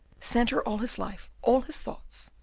centre all his life, all his thoughts,